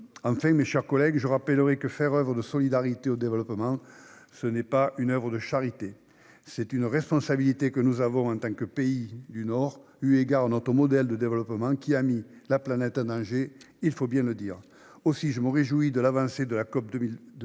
Enfin, mes chers collègues, je rappelle que faire preuve de solidarité pour le développement, ce n'est pas faire oeuvre de charité. C'est une responsabilité que nous avons en tant que pays du Nord, eu égard à notre modèle de développement qui- il faut bien le dire -a mis la planète en danger. Aussi, je me réjouis de l'avancée de la COP27